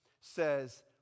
says